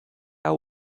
hau